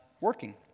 working